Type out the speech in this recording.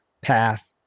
path